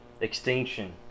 Extinction